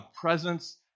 presence